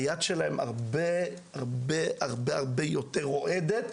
היד שלהם הרבה יותר רועדת